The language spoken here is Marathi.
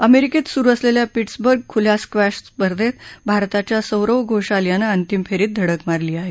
अमेरिकेत सुरु असलेल्या पिट्सबर्ग खुल्या स्क्वॅश स्पर्धेत भारताच्या सौरव घोशाल यानं अंतिम फेरीत धडक मारली आहे